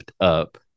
up